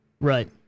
Right